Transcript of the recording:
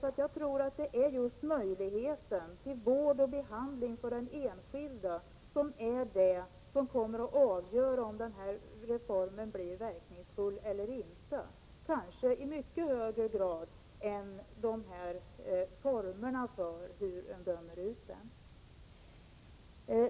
Jag tror att det är just möjligheten till vård och behandling för den enskilde som är det som kommer att avgöra om reformen blir verkningsfull eller inte — kanske i mycket högre grad än formerna för hur vården utdöms.